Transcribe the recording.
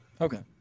Okay